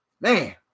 Man